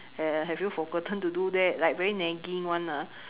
uh have you forgotten to do that like very nagging [one] lah